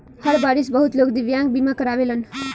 हर बारिस बहुत लोग दिव्यांग बीमा करावेलन